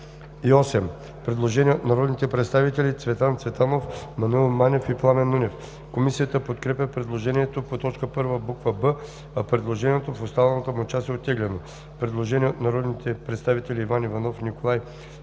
има предложение от народните представители Цветан Цветанов, Маноил Манев и Пламен Нунев. Комисията подкрепя предложението по т. 1, буква „б“, а предложението в останалата му част е оттеглено. Предложение от народните представители Иван Иванов, Николай Пенев,